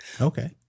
Okay